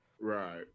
Right